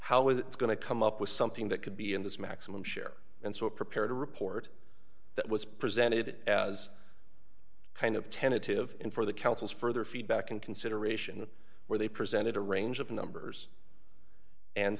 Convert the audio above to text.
how it's going to come up with something that could be in this maximum share and so it prepared a report that was presented as a kind of tentative in for the council's further feedback and consideration where they presented a range of numbers and